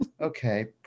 okay